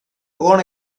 own